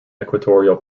equatorial